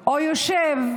או יושבת